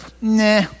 nah